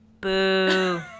Boo